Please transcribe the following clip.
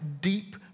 deep